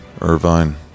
Irvine